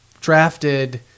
drafted